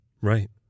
Right